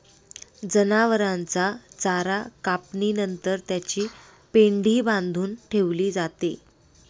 जनावरांचा चारा कापणी नंतर त्याची पेंढी बांधून ठेवली जाते